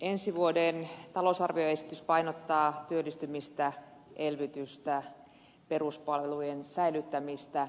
ensi vuoden talousarvioesitys painottaa työllistymistä elvytystä peruspalvelujen säilyttämistä